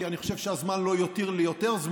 כי אני חושב שהזמן לא יותיר לי יותר,